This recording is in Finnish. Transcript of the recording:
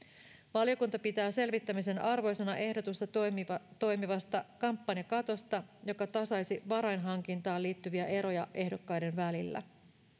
valiokunta pitää selvittämisen arvoisena ehdotusta toimivasta toimivasta kampanjakatosta joka tasaisi varainhankintaan liittyviä eroja ehdokkaiden välillä